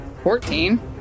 fourteen